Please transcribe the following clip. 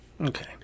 Okay